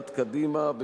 התשע"א 2011,